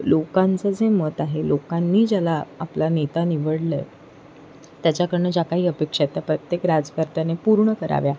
लोकांचं जे मत आहे लोकांनी ज्याला आपला नेता निवडलं आहे त्याच्याकडून ज्या काही अपेक्षा आहेत त्या प्रत्येक राजकर्त्याने पूर्ण कराव्या